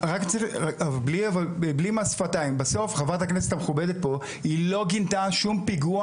חברת הכנסת המכובדת פה לא גינתה שום פיגוע